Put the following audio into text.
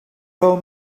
phone